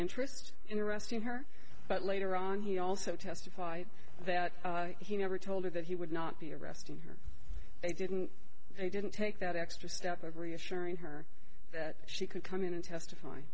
interest in arresting her but later on he also testified that he never told her that he would not be arresting her they didn't they didn't take that extra step of reassuring her that she could come in and